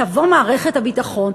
תבוא מערכת הביטחון,